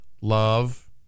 love